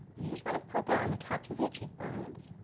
and you just want to put that on the tops of your cheekbones.